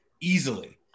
easily